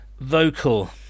vocal